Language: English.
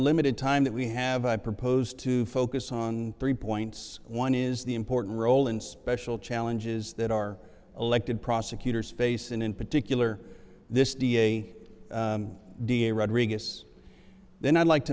limited time that we have i propose to focus on three points one is the important role in special challenges that our elected prosecutors face and in particular this da da rodriguez then i'd like to